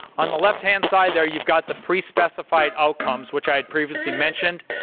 on the left-hand side there you've got the pre-specific outcomes, which i previously mentioned,